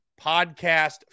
podcast